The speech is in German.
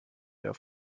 der